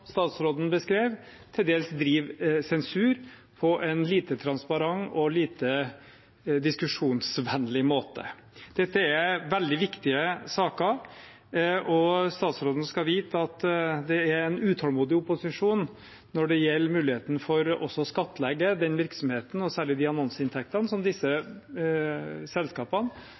statsråden beskrev, til dels driver sensur på en lite transparent og lite diskusjonsvennlig måte. Dette er veldig viktige saker, og statsråden skal vite at det er en utålmodig opposisjon når det gjelder muligheten for å skattlegge den virksomheten og særlig de annonseinntektene som disse selskapene